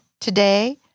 today